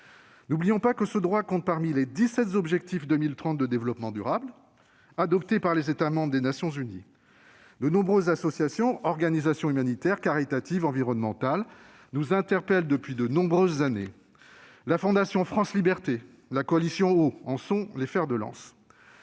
N'oublions pas que ce droit compte parmi les dix-sept objectifs 2030 de développement durable adoptés par les États membres des Nations unies. De nombreuses associations, organisations humanitaires, caritatives et environnementales nous interpellent depuis de nombreuses années. La fondation France Libertés et la Coalition Eau en sont les fers de lance.